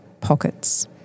pockets